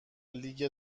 لیگ